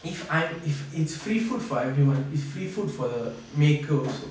if I'm if it's free food for everyone it's free food for the maker also